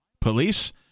Police